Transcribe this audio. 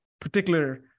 particular